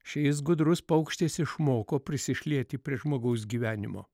šis gudrus paukštis išmoko prisišlieti prie žmogaus gyvenimo